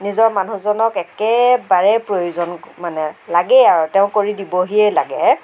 নিজৰ মানুহজনক একেবাৰেই প্ৰয়োজন মানে লাগেই আৰু তেওঁ কৰি দিবহিয়েই লাগে